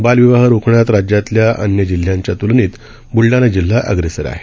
बालविवाह रोखण्यात राज्यातल्या अन्य जिल्ह्यांच्या त्लनेत ब्लडाणा जिल्हा अग्रेसर आहे